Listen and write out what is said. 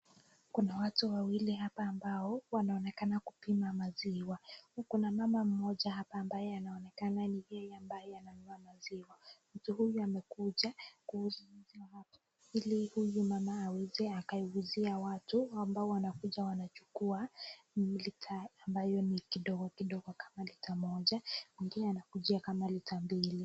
Kuna watu wawili hapa ambao wanaonekana kupima maziwa. Kuna mama mmoja ambaye anaonekana ni yeye ambaye ananunua maziwa. Mtu huyu amekuja kuuza maziwa ili huyu mama aweze akaiuzia watu ambao wanakuja wanachukua lita ambayo ni kidogo kidogo kama lita moja mwingine anakujia kama lita mbili.